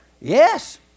Yes